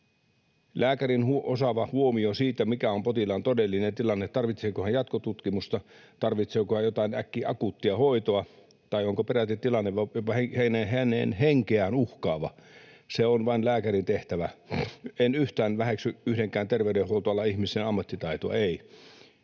Lääkärin osaava huomio siitä, mikä on potilaan todellinen tilanne, tarvitseeko hän jatkotutkimusta, tarvitseeko hän jotain akuuttia hoitoa tai onko peräti tilanne hänen henkeään uhkaava, on vain lääkärin tehtävä. En yhtään väheksy yhdenkään terveydenhuoltoalan ihmisen ammattitaitoa, en,